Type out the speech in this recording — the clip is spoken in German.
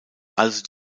also